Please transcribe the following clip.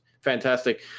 fantastic